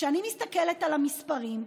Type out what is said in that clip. כשאני מסתכלת על המספרים,